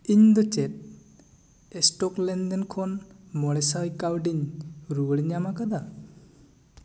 ᱤᱧ ᱫᱚ ᱪᱮᱫ ᱥᱴᱳᱠ ᱞᱮᱱᱫᱮᱱ ᱠᱷᱚᱱ ᱢᱚᱬᱮ ᱥᱟᱭ ᱠᱟᱹᱣᱰᱤᱧ ᱨᱩᱣᱟᱹᱲ ᱧᱟᱢ ᱠᱟᱫᱟ